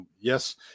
Yes